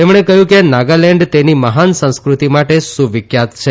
તેમણે કહયું છે કે નાગાલેન્ડ તેની મહાન સંસ્કૃતિ માટે સુવિખ્યાત છે